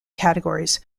categories